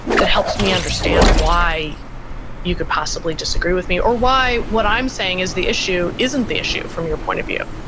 that helps me understand why you could possibly disagree with me or what i'm saying is the issue isn't the issue from your point of view,